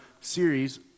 series